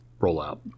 rollout